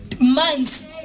months